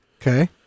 Okay